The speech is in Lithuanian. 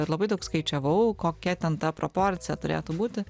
labai daug skaičiavau kokia ten ta proporcija turėtų būti